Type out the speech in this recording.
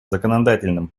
законодательном